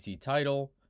title